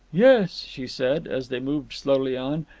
yes, she said, as they moved slowly on,